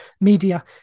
media